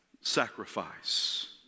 sacrifice